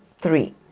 Three